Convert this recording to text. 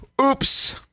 Oops